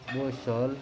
وہ شال